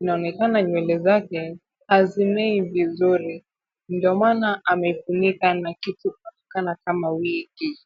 Inaonekana nywele zake hazimei vizuri, ndio maana amefunika na kitu kinaonekana kama wigi .